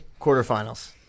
Quarterfinals